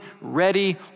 ready